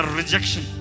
rejection